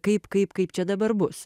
kaip kaip kaip čia dabar bus